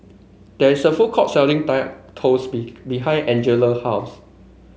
there is a food court selling Kaya Toast be behind Angela house